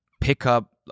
pickup